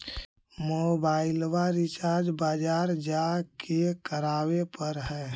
मोबाइलवा रिचार्ज बजार जा के करावे पर है?